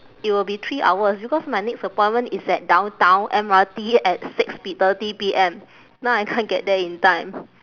it will be three hours because my next appointment is at downtown M_R_T at six P thirty P_M now I can't get there in time